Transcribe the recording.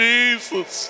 Jesus